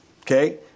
Okay